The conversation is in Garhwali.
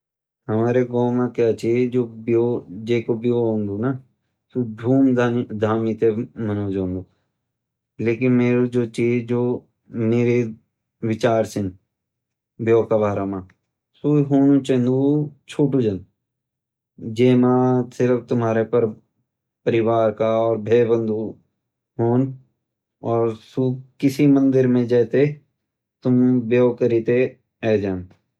हमारे गाँव म बीयू जो छ सू धूम धामी ते मनाऊ जाउंडू लेकिन मेरु विचार छिन बियू के बारा म सू हौनू चन्दु छोटू जन जे मा तुम्हारे परिवार का भाई बंद होन और किसी मंदिर मैं तुम बियो करेते ए जान।